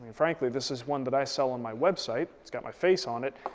frankly this is one that i sell on my website, it's got my face on it,